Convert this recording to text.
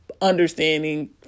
understanding